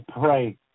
pray